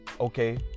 okay